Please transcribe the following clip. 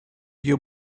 you